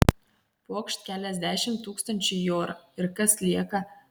pokšt keliasdešimt tūkstančių į orą ir kas lieka